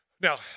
Now